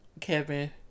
Kevin